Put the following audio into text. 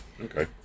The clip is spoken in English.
Okay